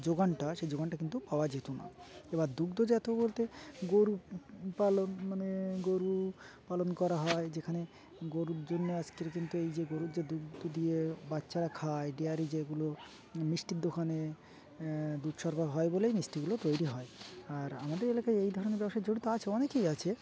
যোগানটা সেই যোগানটা কিন্তু পাওয়া যেত না এবার দুগ্ধ জাত বলতে গরু পালন মানে গরু পালন করা হয় যেখানে গরুর জন্য আজকের কিন্তু এই যে গরুর যে দুগ্ধ দিয়ে বাচ্চারা খায় ডেয়ারি যেগুলো মিষ্টির দোকানে দুধ সরবরাহ হয় বলেই মিষ্টিগুলো তৈরি হয় আর আমাদের এলাকায় এই ধরনের ব্যবসার জড়িত আছে অনেকেই আছে